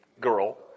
girl